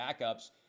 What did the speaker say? backups